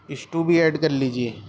stew بھی add کر لیجیے